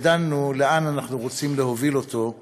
ודנו לאן אנחנו רוצים להוביל אותו,